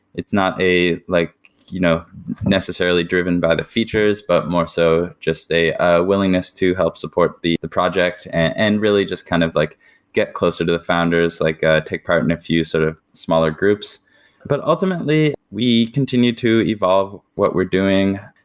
it's not a like you know necessarily driven by the features, but more so just a a willingness to help support the the project and really just kind of like get closer to the founders, like ah take part in a few sort of smaller groups but ultimately, we continue to evolve what we're doing.